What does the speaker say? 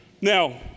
Now